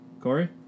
Corey